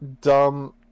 dumb